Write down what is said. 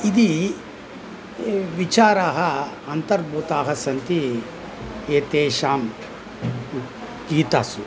इति विचाराः अन्तर्भूताः सन्ति एतेषां गीतासु